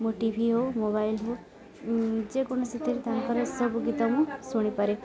ମୁଁ TV ହଉ mobile ହଉ ଯେକୌଣସିଥିରେ ତାଙ୍କର ସବୁ ଗୀତ ମୁଁ ଶୁଣିପାରେ